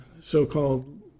so-called